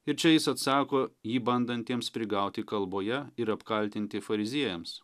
ir čia jis atsako jį bandantiems prigauti kalboje ir apkaltinti fariziejams